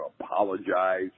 apologize